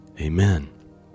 Amen